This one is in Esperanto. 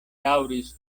daŭris